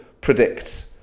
predict